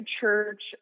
church